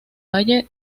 valle